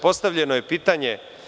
Postavljeno je pitanje.